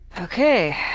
Okay